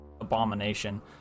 abomination